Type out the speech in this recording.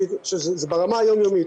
שזה ברמה היום יומית,